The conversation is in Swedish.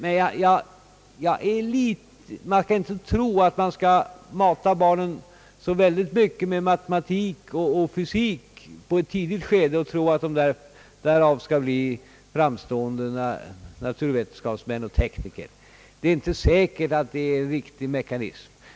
Men det är kanske fel att tro att man skall kunna mata barnen så mycket med matematik och fysik på ett tidigt skede, att dessa på grund därav kommer att bli framstående naturvetenskapsmän och tekniker. Det är inte säkert att det är en riktig mekanism.